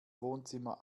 wohnzimmer